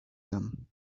them